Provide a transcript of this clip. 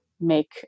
make